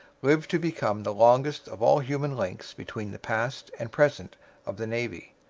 lived to become the longest of all human links between the past and present of the navy.